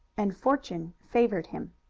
and fortune favored him.